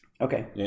Okay